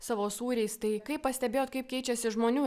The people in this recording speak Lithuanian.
savo sūriais tai kaip pastebėjot kaip keičiasi žmonių